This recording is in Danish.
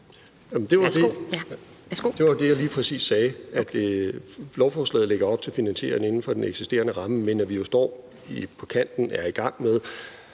Det var det, jeg lige præcis sagde, nemlig at lovforslaget lægger op til en finansiering inden for den eksisterende ramme, men at vi står på kanten af og er i gang med